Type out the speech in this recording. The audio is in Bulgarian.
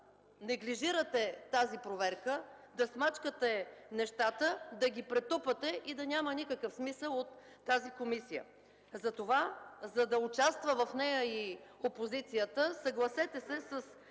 да неглижирате тази проверка, да смачкате нещата, да ги претупате и да няма никакъв смисъл от тази комисия. Затова, за да участва в нея и опозицията, съгласете се с